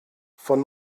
von